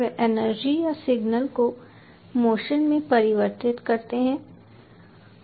वे energy या signal को motion में परिवर्तित करते हैं